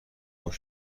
موجب